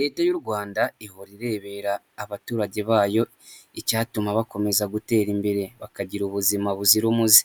Leta y'u Rwanda ihora irebera abaturage bayo icyatuma bakomeza gutera imbere bakagira ubuzima buzira umuze.